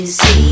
see